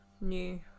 new